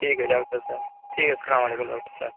ٹھیک ہے ڈاکٹر صاحب ٹھیک ہے السّلام علیکم ڈاکٹر صاحب